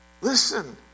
Listen